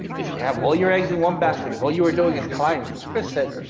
if you have all your eggs in one basket, if all you're doing is clients, as chris said,